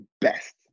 best